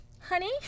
honey